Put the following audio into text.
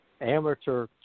amateur